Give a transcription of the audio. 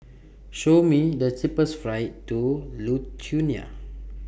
Show Me The cheapest flights to Lithuania